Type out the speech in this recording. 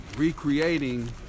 Recreating